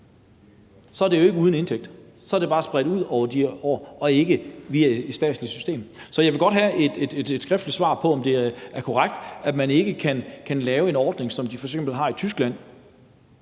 Så er det jo ikke uden indtægt. Så er det bare spredt ud over året og ikke via et statsligt system. Så jeg vil godt have et skriftligt svar på, om det er korrekt, at man ikke kan lave en ordning, som de f.eks. har i Tyskland,